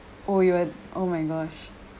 oh you had oh my gosh